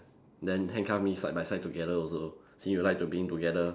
then handcuff me side by side together also since you like to being together